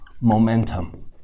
momentum